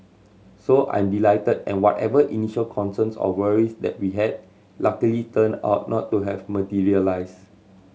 so I'm delighted and whatever initial concerns or worries that we had luckily turned out not to have materialised